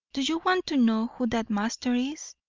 do you want to know who that master is?